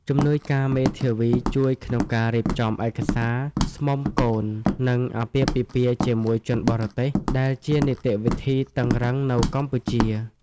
ជំនួយការមេធាវីជួយក្នុងការរៀបចំឯកសារស្មុំកូន និងអាពាហ៍ពិពាហ៍ជាមួយជនបរទេស ដែលជានីតិវិធីតឹងរ៉ឹងនៅកម្ពុជា។